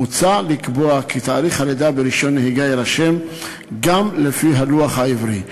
מוצע לקבוע כי תאריך הלידה ברישיון נהיגה יירשם גם לפי הלוח העברי.